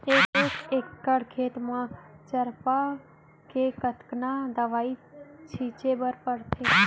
एक एकड़ खेत म चरपा के कतना दवई छिंचे बर पड़थे?